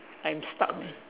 I'm stuck leh